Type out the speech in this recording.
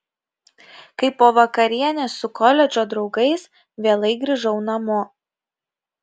kai po vakarienės su koledžo draugais vėlai grįžau namo